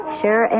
sure